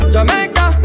Jamaica